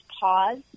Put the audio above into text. pause